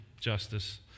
justice